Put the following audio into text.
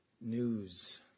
news